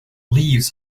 leaves